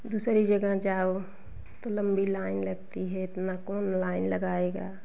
दूसरी जगह जाओ तो लंबी लाइन लगती है इतना कौन लाइन लगाएगा